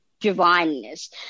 divineness